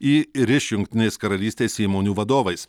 į ir iš jungtinės karalystės įmonių vadovais